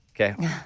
Okay